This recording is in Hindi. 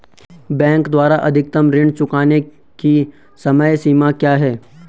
बैंक द्वारा अधिकतम ऋण चुकाने की समय सीमा क्या है?